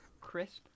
crisp